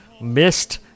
missed